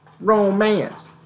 romance